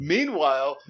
Meanwhile